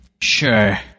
sure